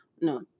No